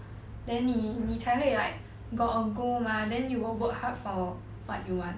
then 你你才会 like got a goal mah then you will work hard for what you want